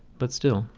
but still,